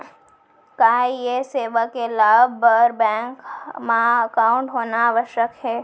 का ये सेवा के लाभ बर बैंक मा एकाउंट होना आवश्यक हे